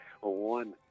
one